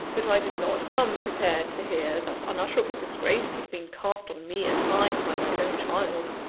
but i did not come prepared to hear, that unutterable disgrace had been cast on me and mine, by my own child.